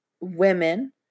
women